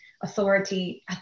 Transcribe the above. authority